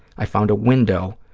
i found a window,